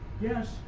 Yes